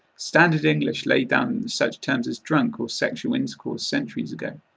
standard english laid down such terms as drunk or sexual intercourse centuries ago.